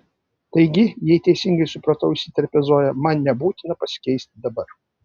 taigi jei teisingai supratau įsiterpia zoja man nebūtina pasikeisti dabar